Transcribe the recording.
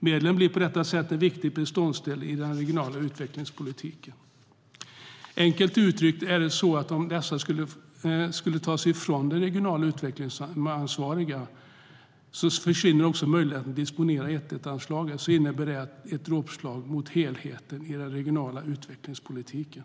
Medlen blir på detta sätt en viktig beståndsdel i den regionala utvecklingspolitiken. Enkelt uttryckt är det så att om man skulle ta ifrån de regionalt utvecklingsansvariga möjligheten att disponera 1:1-anslagen skulle det innebära ett dråpslag mot helheten i den regionala utvecklingspolitiken.